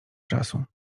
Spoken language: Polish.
czasu